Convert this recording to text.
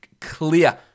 clear